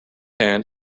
pan